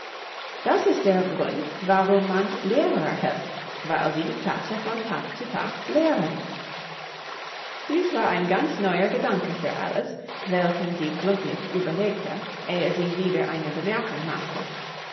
das ist der grund warum man lehrer hält weil sie die klasse von tag zu tag leeren dies war ein ganz neuer gedanke für alice welchen sie gründlich überlegte ehe sie wieder eine bemerkung machte